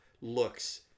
looks